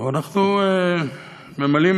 אנחנו ממלאים